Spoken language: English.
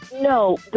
No